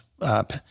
up